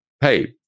Hey